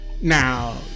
now